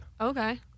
okay